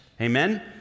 Amen